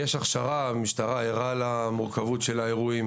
יש הכשרה; המשטרה ערה למורכבות של האירועים